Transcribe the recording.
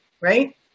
right